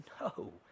no